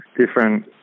different